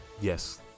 Yes